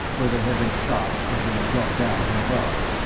where they had been shot as they had jumped down from above.